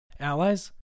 allies